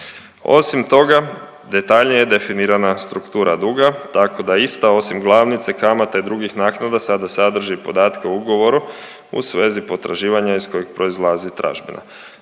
Osim toga, detaljnije je definirana struktura duga tako da ista osim glavnice, kamata i drugih naknada sada sadrži podatke o ugovoru u svezi potraživanja iz kojeg proizlazi tražbina.